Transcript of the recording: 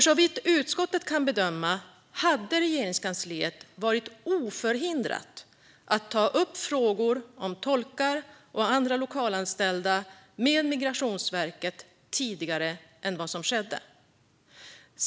Såvitt utskottet kan bedöma hade Regeringskansliet varit oförhindrat att ta upp frågor om tolkar och andra lokalanställda med Migrationsverket tidigare än vad som skedde.